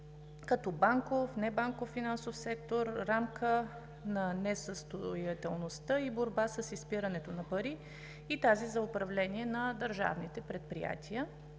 като банков и небанков финансов сектор, рамка на несъстоятелността и борба с изпирането на пари, и тази за управление на държавните предприятия.